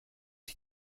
ich